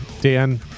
Dan